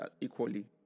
equally